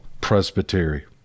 Presbytery